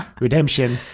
Redemption